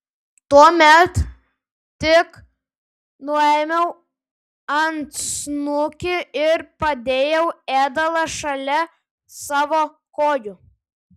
tuomet tik nuėmiau antsnukį ir padėjau ėdalą šalia savo kojų